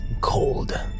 cold